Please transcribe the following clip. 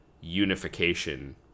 unification